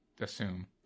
assume